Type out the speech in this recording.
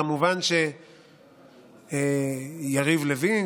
כמובן שיריב לוין,